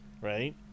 right